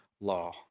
law